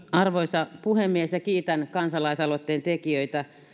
arvoisa puhemies kiitän kansalaisaloitteen tekijöitä